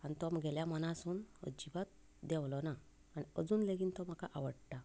आनी तो म्हज्या मना सावन अजिबात देंवलो ना आजून लेगीत तो म्हाका आवडटा